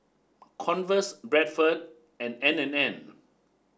Converse Bradford and N and N